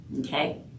okay